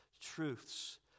truths